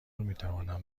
میتوانم